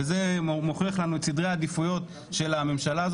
וזה מוכיח לנו את סדרי העדיפויות של הממשלה,